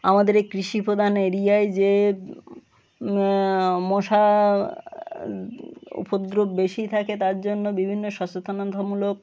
আমাদের এই কৃষি প্রধান এরিয়ায় যে মশার উপদ্রব বেশি থাকে তার জন্য বিভিন্ন সচেতনতামূলক